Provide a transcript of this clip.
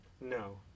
No